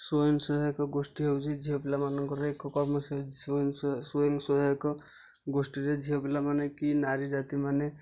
ସ୍ଵୟଂ ସହାୟକ ଗୋଷ୍ଠୀ ହେଉଛି ଝିଅ ପିଲା ମାନଙ୍କର ଏକ କମର୍ସିଆଲ ସ୍ଵୟଂ ସ୍ଵୟଂ ସହାୟକ ଗୋଷ୍ଠୀରେ ଝିଅ ପିଲା ମାନେ କି ନାରୀ ଜାତି ମାନେ